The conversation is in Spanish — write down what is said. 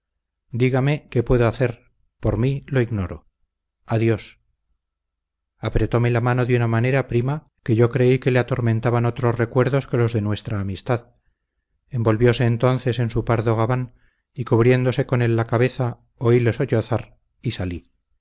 dígame qué puedo hacer por mí lo ignoro adiós apretóme la mano de una manera prima que yo creí que le atormentaban otros recuerdos que los de nuestra amistad envolvióse entonces en su pardo gabán y cubriéndose con él la cabeza oíle sollozar y salí